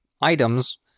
items